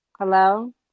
Hello